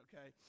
okay